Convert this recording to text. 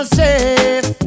safe